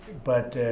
but,